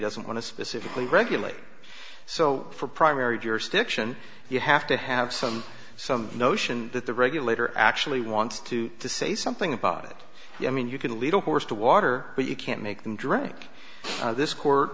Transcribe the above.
doesn't want to specifically regulate so for primary jurisdiction you have to have some some notion that the regulator actually wants to say something about it i mean you can lead a horse to water but you can't make them drink this court